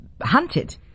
Hunted